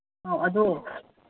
ꯑꯧ ꯑꯗꯣ